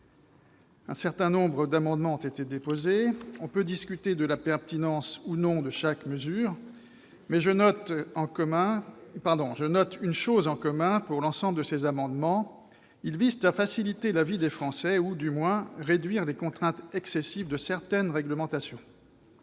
Un certain nombre d'amendements ont été déposés. On peut discuter de la pertinence ou non de chaque mesure, mais je note une chose en commun : l'ensemble de ces amendements visent à faciliter la vie des Français ou, du moins, à réduire les contraintes excessives de certaines réglementations.